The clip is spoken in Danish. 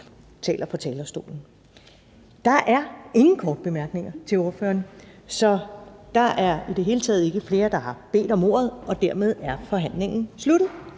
taler fra talerstolen. Der er ingen korte bemærkninger til ordføreren. Der er i det hele taget ikke flere, der har bedt om ordet, og dermed er forhandlingen sluttet.